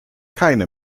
keine